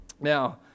Now